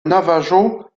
navajo